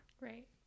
Right